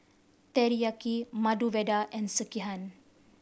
Teriyaki Medu Vada and Sekihan